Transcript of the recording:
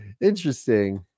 Interesting